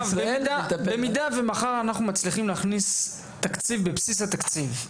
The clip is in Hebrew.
במידה ומחר אנחנו מצליחים להכניס תקציב בבסיס התקציב,